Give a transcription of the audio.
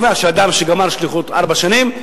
אני קובע שאדם שגמר שליחות ארבע שנים,